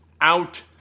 out